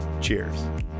Cheers